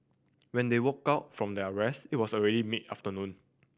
when they woke out from their rest it was already mid afternoon